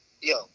Yo